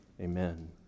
Amen